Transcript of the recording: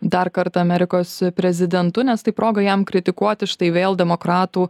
dar kartą amerikos prezidentu nes tai proga jam kritikuoti štai vėl demokratų